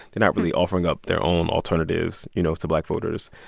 they're not really offering up their own alternatives, you know, to black voters.